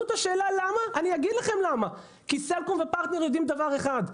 אני אגיד לכם למה: כי סלקום ופרטנר יודעים דבר אחד: